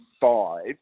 Five